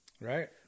Right